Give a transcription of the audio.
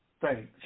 Thanks